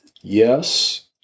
Yes